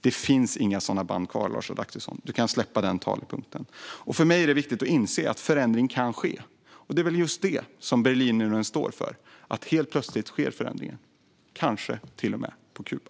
Det finns inga sådana band kvar, Lars Adaktusson; du kan släppa den talepunkten. För mig är det viktigt att inse att förändring kan ske. Det är väl just det Berlinmuren står för: Helt plötsligt sker förändringar - kanske till och med på Kuba.